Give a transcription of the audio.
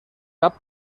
cap